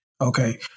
Okay